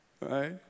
right